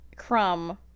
crumb